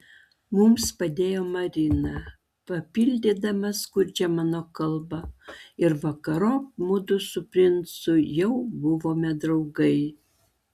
mums padėjo marina papildydama skurdžią mano kalbą ir vakarop mudu su princu jau buvome draugai